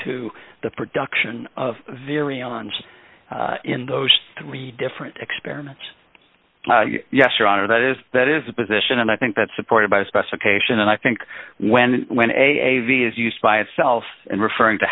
to the production of very ons in those three different experiments yes your honor that is that is the position and i think that's supported by specification and i think when when a v is used by itself and referring to